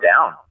down